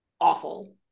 awful